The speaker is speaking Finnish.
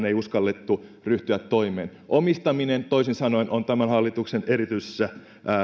ei uskallettu ryhtyä toimeen omistaminen toisin sanoen on tämän hallituksen erityisessä